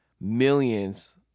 millions